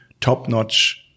top-notch